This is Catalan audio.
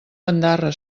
bandarra